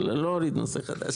אני לא אוריד את נושא החדש.